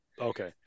Okay